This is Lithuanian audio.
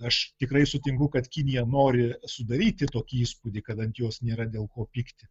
aš tikrai sutinku kad kinija nori sudaryti tokį įspūdį kad ant jos nėra dėl ko pykti